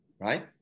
right